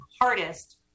hardest